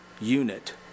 unit